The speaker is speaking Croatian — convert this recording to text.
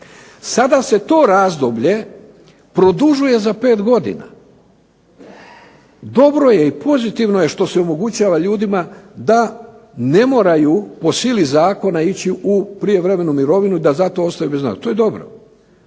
Sada se to razdoblje produžuje za pet godina. Dobro je i pozitivno je što se omogućava ljudima da ne moraju po sili zakona ići u prijevremenu mirovinu da zato ostaju bez naknade, to je dobro.